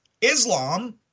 Islam